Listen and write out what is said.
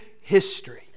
history